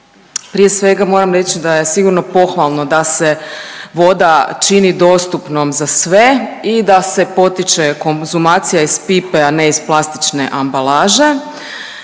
Prije svega moram reći da je sigurno pohvalno da se voda čini dostupnom za sve i da se potiče konzumacija iz pipe, a ne iz plastične ambalaže,